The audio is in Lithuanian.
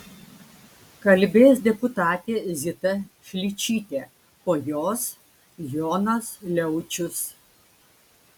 kalbės deputatė zita šličytė po jos jonas liaučius